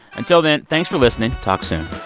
until then, thanks for listening. talk soon